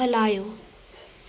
हलायो